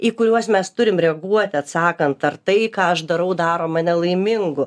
į kuriuos mes turim reaguoti atsakant ar tai ką aš darau daro mane laimingu